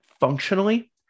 functionally